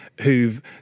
who've